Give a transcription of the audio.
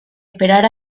esperar